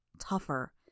Tougher